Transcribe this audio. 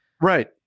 Right